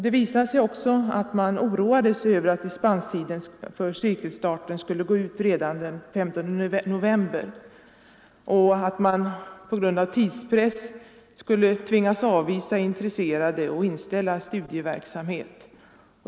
Det visade sig också att man oroade sig över att dispenstiden för cirkelstarten skulle gå ut redan den 15 november och att man på grund av tidspress skulle tvingas avvisa intresserade och inställa studieverksamhet.